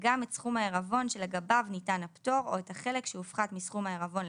גם את סכום העירבון שלגביו ניתן הפטור או את החלק שהופחת מסכום העירבון,